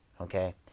okay